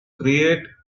create